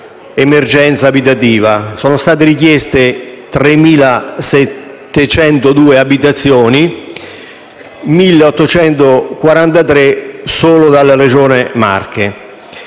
emergenza abitativa. Sono state richieste 3.702 abitazioni, 1.843 solo dalla Regione Marche.